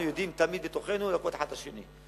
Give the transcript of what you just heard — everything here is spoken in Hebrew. אנחנו יודעים תמיד בתוכנו להכות אחד את השני.